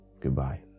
goodbye